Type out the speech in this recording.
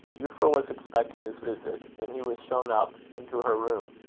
euphra was expecting his visit, and he was shown up into her room,